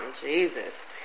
Jesus